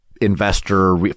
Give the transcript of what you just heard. investor